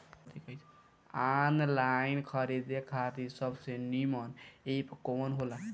Online खरीदे खातिर सबसे नीमन एप कवन हो ला?